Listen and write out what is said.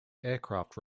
aircraft